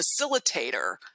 facilitator